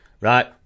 Right